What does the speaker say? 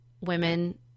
women